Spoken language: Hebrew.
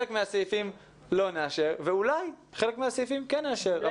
לא נאשר ואולי חלק מהסעיפים כן נאשר?